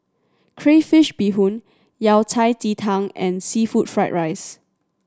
crayfish beehoon Yao Cai ji tang and seafood fried rice